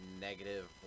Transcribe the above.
negative